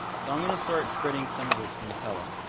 so, i'm going to start spreading some of this nutella.